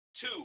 two